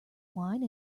wine